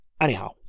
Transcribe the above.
Anyhow